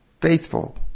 Faithful